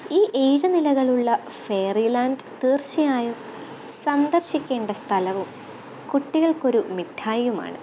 ഈ ഏഴു നിലകളുള്ള ഫെയറി ലാന്ഡ് തീര്ച്ചയായും സന്ദര്ശിക്കേണ്ട സ്ഥലവും കുട്ടികള്ക്കൊരു മിഠായിയുമാണ്